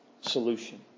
solution